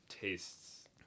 tastes